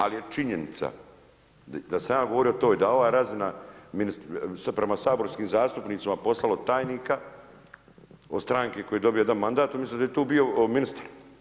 Ali je činjenica da sam ja govorio i da ova razina prema saborskim zastupnicima poslalo tajnika od stranke koja je je dobila jedan mandat, umjesto da je tu bio ministar.